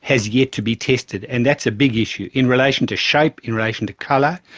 has yet to be tested, and that's a big issue. in relation to shape, in relation to colour,